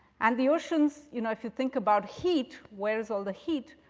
and the oceans you know, if you think about heat, where is all the heat,